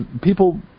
People